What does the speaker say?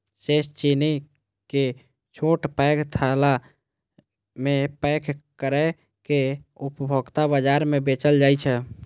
शेष चीनी कें छोट पैघ थैला मे पैक कैर के उपभोक्ता बाजार मे बेचल जाइ छै